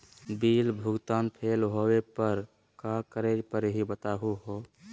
Bill भुगतान fail होवे पर का करै परही, बताहु हो?